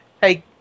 Hey